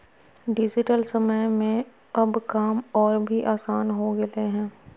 digital समय में अब काम और भी आसान हो गेलय हें